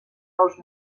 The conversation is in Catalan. nous